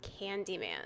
Candyman